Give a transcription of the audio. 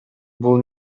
бул